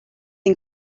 ein